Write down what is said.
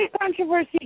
controversy